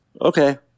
okay